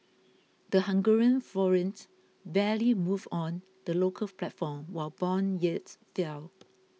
the Hungarian forint barely moved on the local platform while bond yields fell